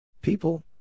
People